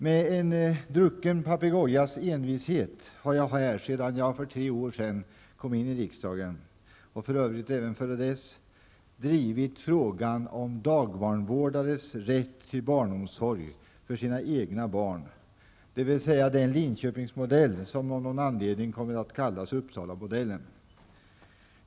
Med en drucken papegojas envishet har jag här, sedan jag för tre år sedan kom in i riksdagen och för övrigt även innan dess, drivit frågan om dagbarnvårdares rätt till barnomsorg för sina egna barn, dvs. den Linköpingsmodell som av någon anledning kommit att kallas Uppsalamodellen.